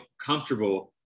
comfortable